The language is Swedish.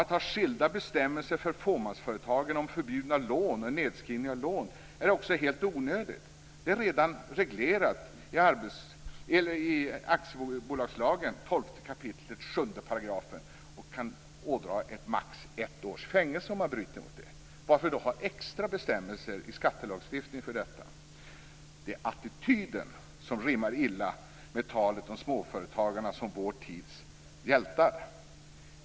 Att ha skilda bestämmelser för fåmansföretagen om förbjudna lån eller nedskrivning av lån är också helt onödigt. Det är redan reglerat i aktiebolagslagen 12 kap. 7 §, och man kan ådra sig max ett års fängelse om man bryter mot den lagen. Varför då ha extra bestämmelser i skattelagstiftningen för detta? Det är attityden som rimmar illa med talet om småföretagarna som vår tids hjältar.